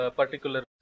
particular